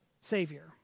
savior